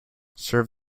serve